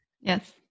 yes